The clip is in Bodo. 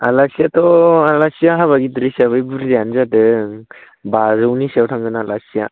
आलासियाथ' आलासिया हाबा गिदिर हिसाबै बुरजायानो जादों बाजौनि सायाव थांगोन आलासिया